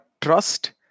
Trust